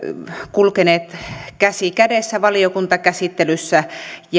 kulkeneet käsi kädessä valiokuntakäsittelyssä